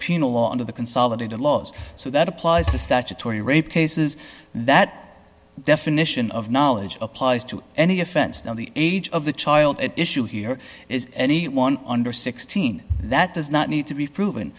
under the consolidated laws so that applies to statutes cases that definition of knowledge applies to any offense than the age of the child at issue here is anyone under sixteen that does not need to be proven